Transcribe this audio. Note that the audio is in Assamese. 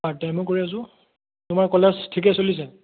পাৰ্ট টাইমো কৰি আছোঁ তোমাৰ কলেজ ঠিকে চলিছে